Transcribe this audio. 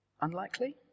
Unlikely